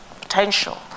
potential